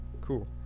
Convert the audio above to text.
Cool